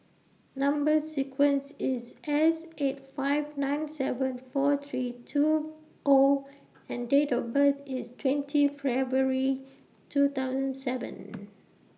Number sequence IS S eight five nine seven four three two O and Date of birth IS twenty February two thousand seven